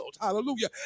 Hallelujah